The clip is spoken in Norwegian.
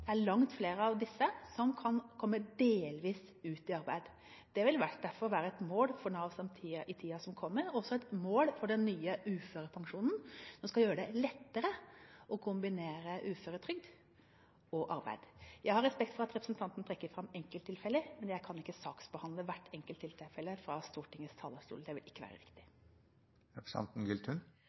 Det er langt flere av disse som kan komme delvis ut i arbeid. Det vil derfor være et mål for Nav i tiden som kommer, og også for den nye uførepensjonen som skal gjøre det lettere å kombinere uføretrygd og arbeid. Jeg har respekt for at representanten trekker fram enkelttilfeller, men jeg kan ikke saksbehandle hvert enkelttilfelle fra Stortingets talerstol – det vil ikke være riktig.